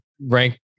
rank